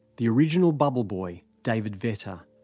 the original bubble boy, david vetter,